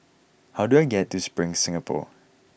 how do I get to Spring Singapore